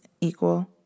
equal